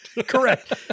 Correct